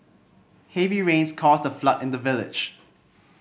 heavy rains caused a flood in the village